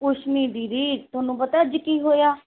ਕੁਛ ਨਹੀਂ ਦੀਦੀ ਤੁਹਾਨੂੰ ਪਤਾ ਅੱਜ ਕੀ ਹੋਇਆ